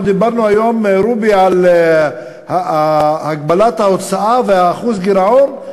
אנחנו דיברנו היום על הגבלת ההוצאה ואחוז הגירעון.